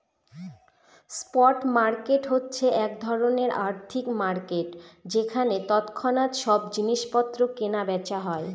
spot market হচ্ছে এক ধরনের আর্থিক মার্কেট যেখানে তৎক্ষণাৎ সব জিনিস পত্র কেনা বেচা হয়